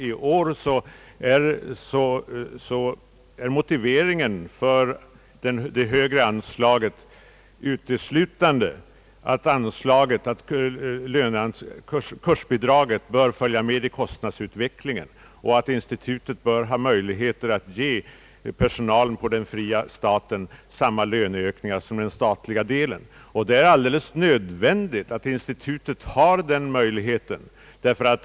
I år är motiveringen för det högre anslaget uteslutande att kursbidraget bör följa med i kostnadsutvecklingen och att institutet bör ha möjligheter att ge personalen samma löneökningar som staten ger. Det är alldeles nödvändigt att institutet har denna möjlighet.